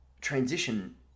transition